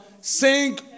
Sing